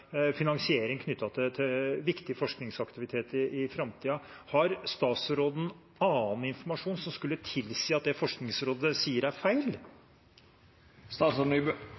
finansiering knyttet til viktig forskningsaktivitet i framtiden. Har statsråden informasjon som skulle tilsi at det Forskningsrådet sier, er feil?